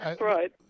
Right